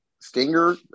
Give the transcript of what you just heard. Stinger